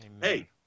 Hey